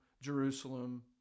Jerusalem